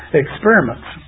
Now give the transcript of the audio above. experiments